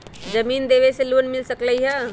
जमीन देवे से लोन मिल सकलइ ह?